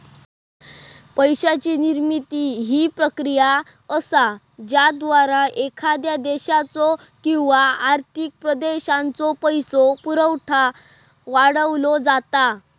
पैशाची निर्मिती ही प्रक्रिया असा ज्याद्वारा एखाद्या देशाचो किंवा आर्थिक प्रदेशाचो पैसो पुरवठा वाढवलो जाता